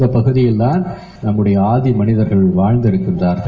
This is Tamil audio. இந்தப் பகுதியில்தான் நம்முடைய ஆதிமனிதர்கள் வாழ்ந்திருக்கின்றளார்கள்